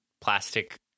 plastic